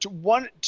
one